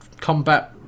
combat